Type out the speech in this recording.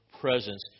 presence